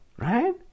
right